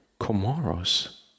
Comoros